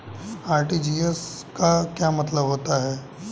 RTGS का क्या मतलब होता है?